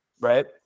Right